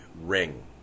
ring